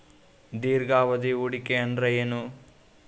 ದೀರ್ಘಾವಧಿ ಹೂಡಿಕೆ ಅಂದ್ರ ಏನು?